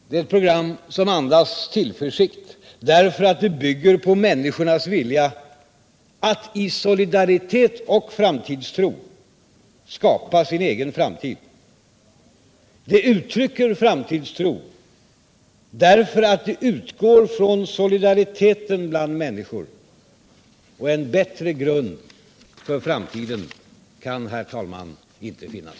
Det är ett program som andas tillförsikt därför att det bygger på människornas vilja att i solidaritet och framtidstro skapa sin egen framtid. Det uttrycker framtidstro därför att det utgår från solidariteten bland människor. En bättre grund för framtiden kan, herr talman, inte finnas.